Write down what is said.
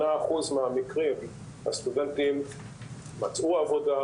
כ-22 פקולטות של עיצוב, הנדסה ואמנות.